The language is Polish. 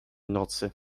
nocy